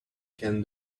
can